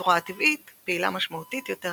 הצורה הטבעית פעילה משמעותית יותר